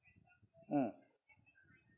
mm